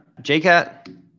jcat